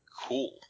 Cool